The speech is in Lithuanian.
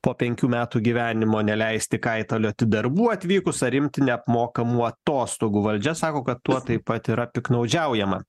po penkių metų gyvenimo neleisti kaitalioti darbų atvykus ar imti neapmokamų atostogų valdžia sako kad tuo taip pat yra piktnaudžiaujama